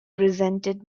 resented